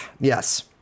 yes